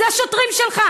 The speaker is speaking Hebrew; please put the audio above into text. אלה השוטרים שלך.